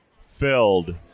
filled